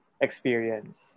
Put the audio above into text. experience